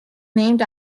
named